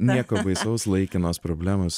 nieko baisaus laikinos problemos